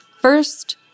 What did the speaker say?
first